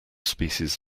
species